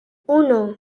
uno